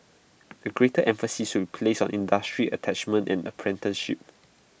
A greater emphasis will placed on industry attachments and apprenticeships